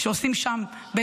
מה שאתם עושים שם בלבנון.